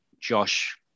josh